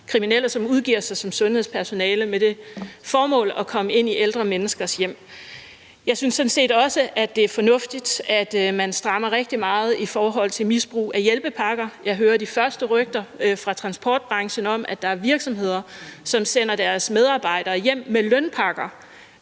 kriminelle, som udgiver sig for sundhedspersonale med det formål at komme ind i ældre menneskers hjem. Jeg synes sådan set også, at det er fornuftigt, at man strammer rigtig meget i forhold til misbrug af hjælpepakker – jeg hører de første rygter fra transportbranchen om, at der er virksomheder, som sender deres medarbejdere hjem med lønpakker